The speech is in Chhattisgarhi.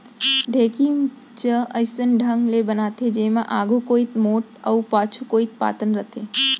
ढेंकी ज अइसन ढंग ले बनाथे जेमा आघू कोइत मोठ अउ पाछू कोइत पातन रथे